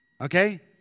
okay